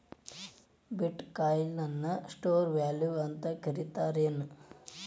ಬಿಟ್ coin ನ store value ಅಂತ ಕರಿತಾರೆನ್